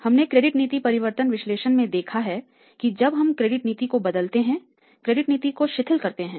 हमने क्रेडिट नीति परिवर्तन विश्लेषण में देखा है कि जब हम क्रेडिट नीति को बदलते है क्रेडिट नीति को शिथिल करते है